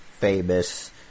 famous